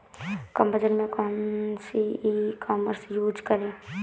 कम budget में कौन सी ई कॉमर्स यूज़ करें?